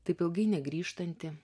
taip ilgai negrįžtantį